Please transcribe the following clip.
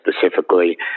specifically